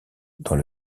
dans